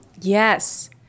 Yes